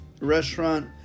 restaurant